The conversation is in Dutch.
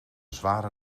zware